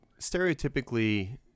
stereotypically